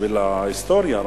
בשביל ההיסטוריה,